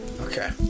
Okay